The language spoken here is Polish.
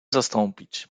zastąpić